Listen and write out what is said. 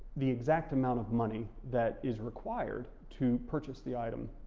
the exact amount of money that is required to purchase the item.